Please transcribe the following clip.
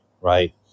right